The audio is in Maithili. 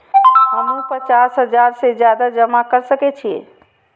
हमू पचास हजार से ज्यादा जमा कर सके छी?